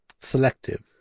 selective